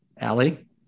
Allie